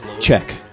Check